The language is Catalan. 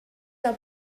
del